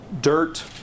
dirt